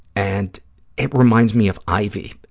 and it reminds me of ivy,